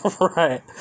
Right